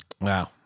Wow